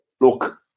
look